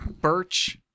Birch